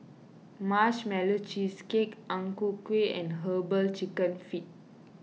Marshmallow Cheesecake Ang Ku Kueh and Herbal Chicken Feet